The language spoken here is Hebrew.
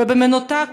ובמנותק